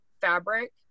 fabric